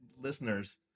listeners